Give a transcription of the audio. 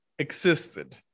Existed